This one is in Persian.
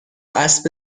اسب